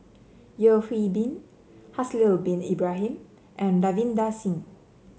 Yeo Hwee Bin Haslir Bin Ibrahim and Ravinder Singh